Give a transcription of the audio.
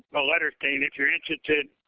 a letter stating that you're interested,